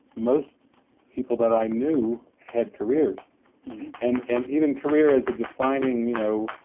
most people that i knew had careers and and even career as defining you know